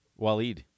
Waleed